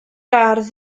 ardd